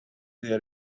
they